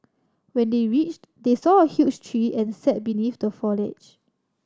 when they reached they saw a huge tree and sat beneath the foliage